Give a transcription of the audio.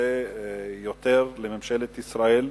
זה יותר לממשלת ישראל,